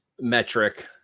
metric